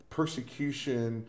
persecution